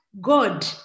god